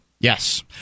Yes